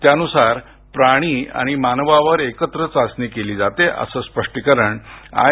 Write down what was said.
त्यानुसार प्राणी आणि मानवावर एकत्र चाचणी केली जाते असं स्पष्टीकरण आय